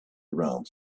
around